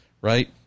right